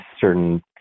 certain